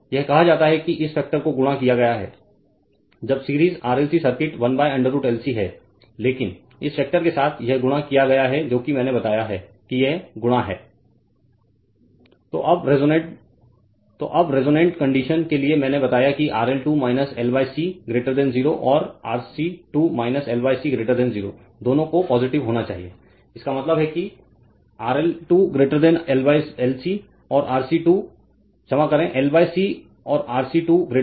यह कहा जाता है कि इस फैक्टर को गुणा किया गया है जब सीरीज RLC सर्किट 1√LC है लेकिन इस फैक्टर के साथ यह गुणा किया गया है जो कि मेने बताया है कि ये गुणा है Refer Slide Time 0613 तो अब रेसोनेन्ट कंडीशन के लिए मैंने बताया कि RL 2 L C 0 और RC 2 L C 0 दोनों को पॉजिटिव होना चाहिए इसका मतलब है RL 2 LC और RC 2 क्षमा करें L C और RC 2 L C